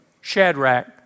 Shadrach